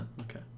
okay